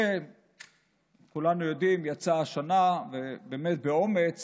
שכולנו יודעים, יצאה השנה ובאמת באומץ